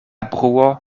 bruo